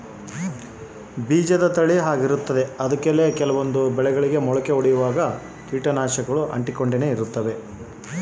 ಕೆಲವು ಬೆಳೆಗಳಿಗೆ ಮೊಳಕೆ ಒಡಿಯುವಾಗ ಕೇಟನಾಶಕಗಳು ಅಂಟಿಕೊಂಡು ಇರ್ತವ ಯಾಕೆ?